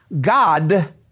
God